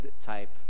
type